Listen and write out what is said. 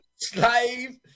slave